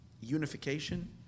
unification